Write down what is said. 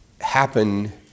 happen